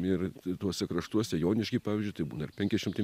ir tuose kraštuose jonišky pavyzdžiui tai būna ir penki šimtai